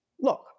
Look